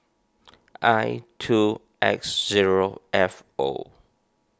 I two X zero F O